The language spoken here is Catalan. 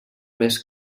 més